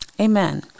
Amen